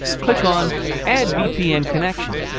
click on add vpn connection.